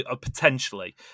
potentially